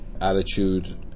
attitude